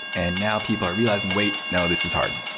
and now people are realizing, wait. no. this is hard.